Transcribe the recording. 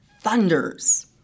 thunders